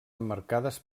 emmarcades